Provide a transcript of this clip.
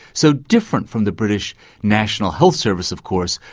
so different from the british national health service of course,